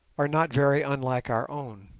are not very unlike our own.